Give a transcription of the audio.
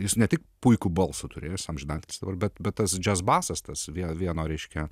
jis ne tik puikų balsą turėjo jis amžiną atilsį dabar bet tas džas basas tas vieno reiškia